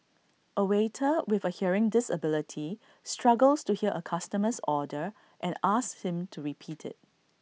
A waiter with A hearing disability struggles to hear A customer's order and asks him to repeat IT